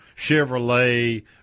Chevrolet